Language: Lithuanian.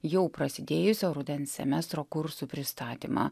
jau prasidėjusio rudens semestro kursų pristatymą